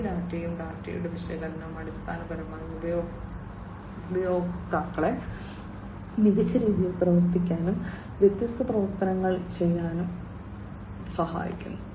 ഈ ഡാറ്റയും ഡാറ്റയുടെ വിശകലനവും അടിസ്ഥാനപരമായി ഉപയോക്താക്കളെ മികച്ച രീതിയിൽ പ്രവർത്തിക്കാനും വ്യത്യസ്ത പ്രവർത്തനങ്ങൾ ചെയ്യാനും സഹായിക്കുന്നു